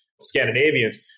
Scandinavians